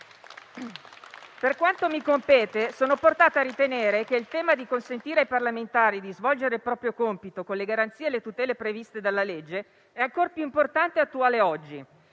Per quanto mi compete, sono portata a ritenere che il tema di consentire ai parlamentari di svolgere il proprio compito con le garanzie e le tutele previste dalla legge sia ancor più importante e attuale oggi.